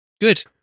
Good